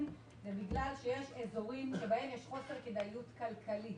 זה בגלל שיש אזורים שבהם יש חוסר כדאיות כלכלית.